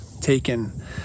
taken